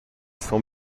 sans